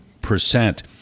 percent